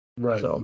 Right